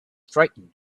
frightened